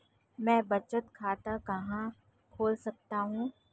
मैं बचत खाता कहां खोल सकता हूं?